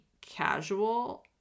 casual